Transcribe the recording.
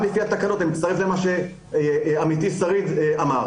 גם לפי התקנות אני מצטרף למה שאמר עמיתי אופיר שריד אמר